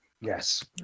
Yes